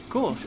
Cool